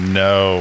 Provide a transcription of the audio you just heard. no